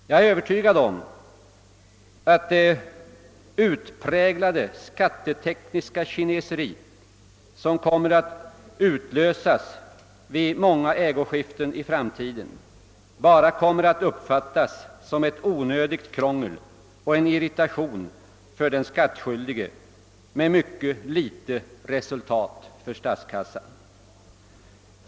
Jag är övertygad om att det utpräglade skattetekniska skattekineseri, som kommer att utlösas vid många ägoskiften i framtiden, bara kommer att uppfattas som ett onödigt krångel och ett irritationsmoment för den skattskyldige, med mycket litet resultat för statskassan.